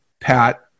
Pat